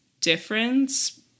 difference